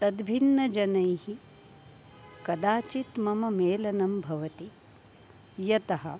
तद्भिन्नजनैः कदाचित् मम मेलनं भवति यतः